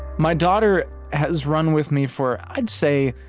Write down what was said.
my daughter has run with me for, i'd say,